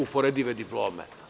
Uporedive diplome.